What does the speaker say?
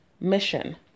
mission